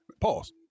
Pause